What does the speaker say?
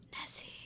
Nessie